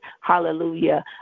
hallelujah